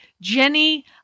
Jenny